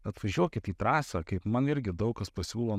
atvažiuokit į trasą kaip man irgi daug kas pasiūlo